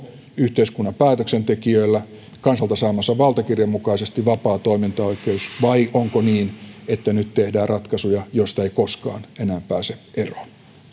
yhteiskunnan päätöksentekijöillä kansalta saamansa valtakirjan mukaisesti vapaa toimintaoikeus vai onko niin että nyt tehdään ratkaisuja joista ei koskaan enää pääse eroon